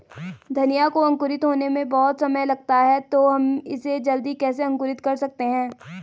धनिया को अंकुरित होने में बहुत समय लगता है तो हम इसे जल्दी कैसे अंकुरित कर सकते हैं?